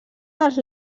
dels